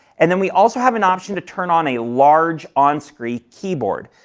and then we also have an option to turn on a large on screen keyboard,